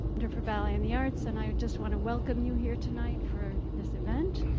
center for ballet and the arts and i just want to welcome you here tonight for this event.